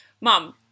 Mom